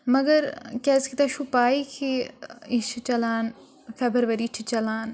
مگر کیٛازِ کہِ تۄہہِ چھُو پَے کہِ یہِ چھِ چَلان فیبَرؤری چھِ چَلان